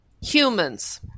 humans